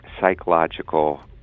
psychological